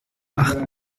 acht